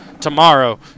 tomorrow